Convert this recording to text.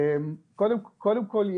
קודם כל,